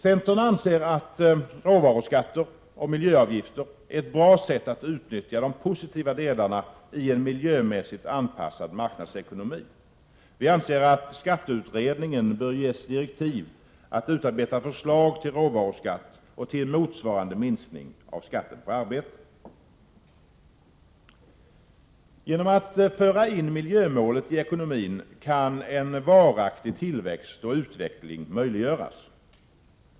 Centerpartiet anser att råvaruskatter och miljöavgifter är ett bra sätt att utnyttja de positiva delarna i en miljömässigt anpassad marknadsekonomi. Vi anser att skatteutredningen bör ges direktiv att utarbeta förslag till råvaruskatt och till en motsvarande minskning av skatten på arbete. Genom att föra in miljömålet i ekonomin kan en varaktig tillväxt och utveckling möjliggöras.